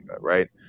right